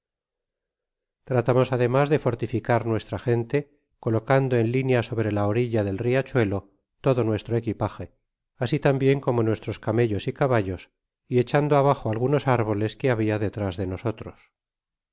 tratamos además de fortificar nuestra gente colocando es linea sobre la orilla del riachuelo todo nuestro eqeipaje asi tambien tomo nuestros camellos y caballos y echando abajo algunos árboles que habla detras de nosotros